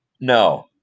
No